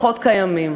הכוחות קיימים,